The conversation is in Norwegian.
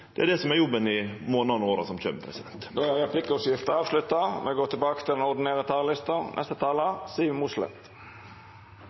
Det er det som er jobben i månadene og åra som kjem. Replikkordskiftet er avslutta.